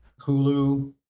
Hulu